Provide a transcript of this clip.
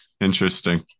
interesting